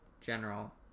general